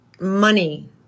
money